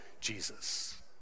Jesus